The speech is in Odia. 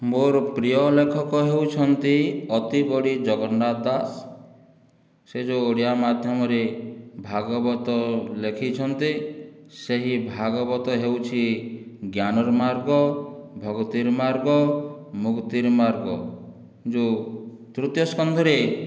ମୋର ପ୍ରିୟ ଲେଖକ ହେଉଛନ୍ତି ଅତିବଡ଼ି ଜଗନ୍ନାଥ ଦାସ ସେ ଯେଉଁ ଓଡ଼ିଆ ମାଧ୍ୟମରେ ଭାଗବତ ଲେଖିଛନ୍ତି ସେହି ଭାଗବତ ହେଉଛି ଜ୍ଞାନର ମାର୍ଗ ଭକତିର ମାର୍ଗ ମୁକ୍ତିର ମାର୍ଗ ଯେଉଁ ତୃତୀୟ ସ୍କନ୍ଧରେ